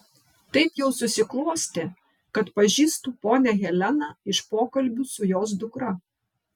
taip jau susiklostė kad pažįstu ponią heleną iš pokalbių su jos dukra